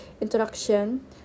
introduction